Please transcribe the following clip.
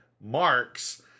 marks